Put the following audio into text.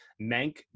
Mank